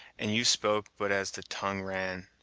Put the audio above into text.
and you spoke but as the tongue ran,